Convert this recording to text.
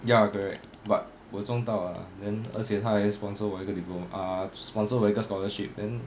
ya correct but 我中到 ah then 而且他还 sponsor 我一个 diplo~ ah sponsor 我一个 scholarship then